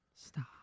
Stop